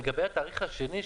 לגבי התאריך השני,